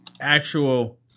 actual